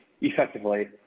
effectively